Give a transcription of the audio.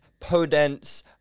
Podence